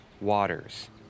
waters